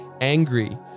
angry